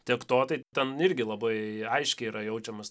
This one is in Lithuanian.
tiek to tai ten irgi labai aiškiai yra jaučiamas